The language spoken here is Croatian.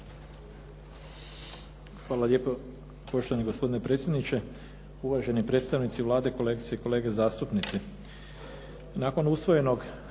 Hvala lijepo. Poštovani gospodine predsjedniče, uvaženi predstavnici Vlade, kolegice i kolege zastupnici. Nakon usvojenog